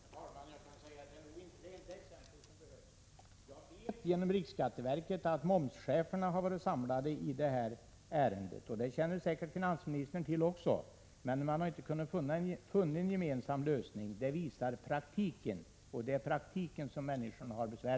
Herr talman! Det är inte detta som behövs. Jag vet genom riksskatteverket att cheferna för momsfrågor har varit samlade — det känner säkert finansministern också till —, men de har inte kunnat finna en gemensam lösning. Det visar praktiken, och det är praktiken som vållar besvär.